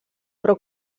però